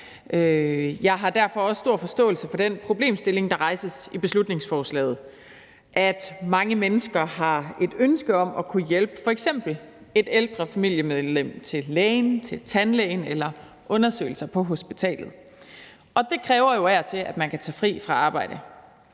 Jeg har derfor også stor forståelse for den problemstilling, der rejses i beslutningsforslaget: at mange mennesker har et ønske om at kunne hjælpe f.eks. et ældre familiemedlem til lægen, til tandlægen eller undersøgelser på hospitalet. Og det kræver jo af og til, at man kan tage fri fra arbejde.